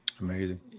Amazing